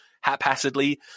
haphazardly